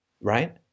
Right